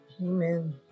Amen